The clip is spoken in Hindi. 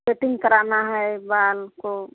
सेटिंग कराना है बाल को